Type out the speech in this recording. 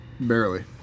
barely